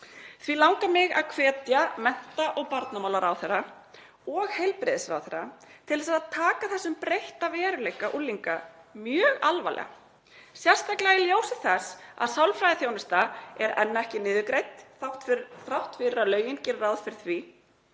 Því langar mig að hvetja mennta- og barnamálaráðherra og heilbrigðisráðherra til að taka þennan breytta veruleika unglinga mjög alvarlega, sérstaklega í ljósi þess að sálfræðiþjónusta er enn ekki niðurgreidd þrátt fyrir að lögin geri ráð fyrir því